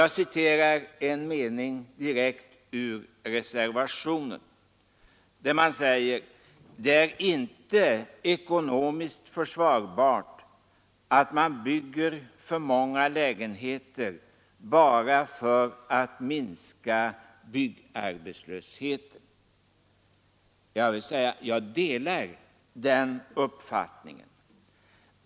Jag citerar en mening direkt ur reservationen, där man säger: ”Det är inte ekonomiskt försvarbart att man bygger för många lägenheter bara för att minska byggarbetslösheten.” Jag delar den uppfattningen.